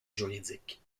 juridique